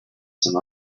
some